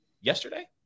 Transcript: yesterday